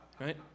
right